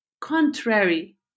contrary